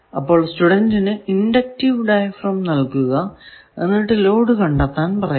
അപ്പോൾ സ്റ്റുഡന്റിനു inductive diaphragm നൽകുക എന്നിട്ടു ലോഡ് കണ്ടെത്താൻ പറയുക